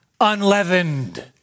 unleavened